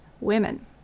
women